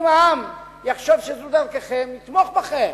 אם העם יחשוב שזו דרככם, יתמוך בכם.